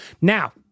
Now